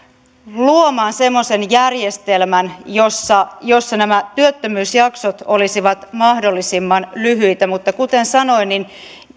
luomaan semmoisen järjestelmän jossa jossa nämä työttömyysjaksot olisivat mahdollisimman lyhyitä mutta kuten sanoin